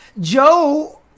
Joe